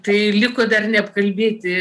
ir tai liko dar neapkalbėti